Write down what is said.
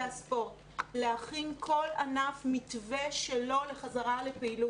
הספורט להכין לכל ענף מתווה שלו לחזרה לפעילות.